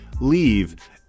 leave